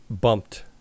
bumped